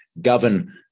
govern